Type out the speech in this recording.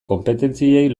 konpetentziei